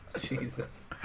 Jesus